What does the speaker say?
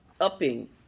upping